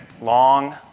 long